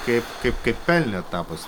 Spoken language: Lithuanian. kaip kaip kaip pelnėt tą pas